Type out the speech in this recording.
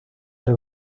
del